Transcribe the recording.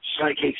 psychics